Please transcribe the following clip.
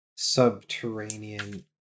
subterranean